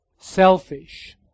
Selfish